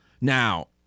Now